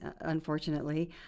unfortunately